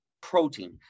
protein